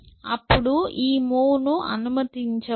అప్పుడు ఈ మూవ్ను అనుమతించవచ్చు